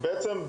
בעצם,